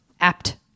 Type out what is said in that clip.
apt